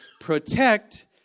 protect